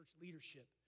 Leadership